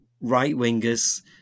Right-wingers